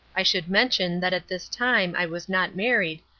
i should mention that at this time i was not married,